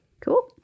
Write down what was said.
Cool